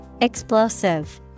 Explosive